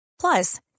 Plus